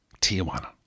Tijuana